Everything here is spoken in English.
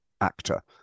actor